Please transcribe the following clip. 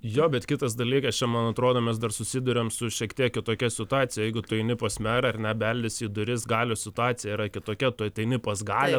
jo bet kitas dalykas čia man atrodo mes dar susiduriam su šiek tiek kitokia situacija jeigu tu eini pas merą ar ne beldiesi į duris galios situacija yra kitokia tu ateini pas galią